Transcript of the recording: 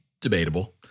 Debatable